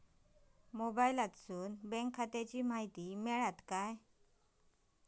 मोबाईलातसून बँक खात्याची माहिती मेळतली काय?